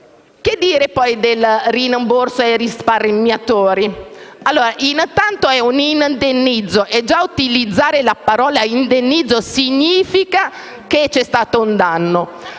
Che dire poi del rimborso ai risparmiatori? Intanto, è un indennizzo, e già utilizzare la parola indennizzo significa che c'è stato un danno.